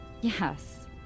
Yes